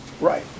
Right